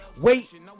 wait